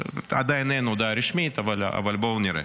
עדיין אין הודעה רשמית, אבל בואו נראה.